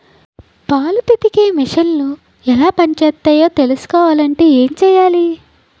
పాలు పితికే మిసన్లు ఎలా పనిచేస్తాయో తెలుసుకోవాలంటే ఏం చెయ్యాలి?